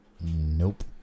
Nope